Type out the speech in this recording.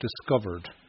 discovered